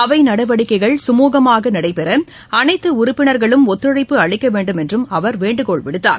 அவை நடவடிக்கைகள் சுமூகமாக நடைபெற அனைத்து உறுப்பினர்களும் ஒத்துழைப்பு அளிக்க வேண்டும் என்றும் அவர் வேண்டுகோள் விடுத்தார்